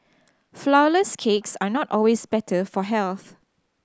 flourless cakes are not always better for health